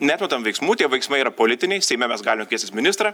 neatmetam veiksmų tie veiksmai yra politiniai seime mes galim kviestis ministrą